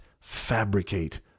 fabricate